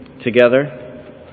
together